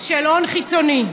של הון חיצוני.